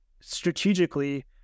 strategically